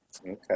Okay